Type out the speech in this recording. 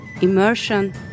immersion